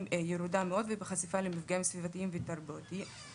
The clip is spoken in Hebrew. ירודה מאוד ובחשיפה למפגעים סביבתיים ותרבותיים.